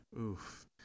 Oof